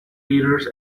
leaders